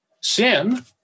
sin